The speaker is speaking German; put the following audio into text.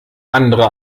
andere